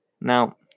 Now